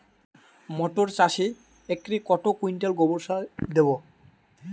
মটর চাষে একরে কত কুইন্টাল গোবরসার দেবো?